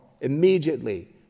Immediately